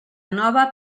nova